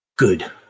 good